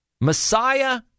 Messiah